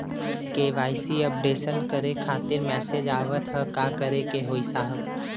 KYC updation करें खातिर message आवत ह का करे के होई साहब?